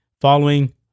following